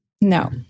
no